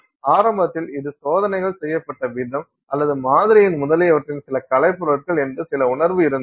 ஆரம்பத்தில் இது சோதனைகள் செய்யப்பட்ட விதம் அல்லது மாதிரியின் முதலியவற்றின் சில கலைப்பொருட்கள் என்று சில உணர்வு இருந்தது